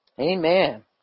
Amen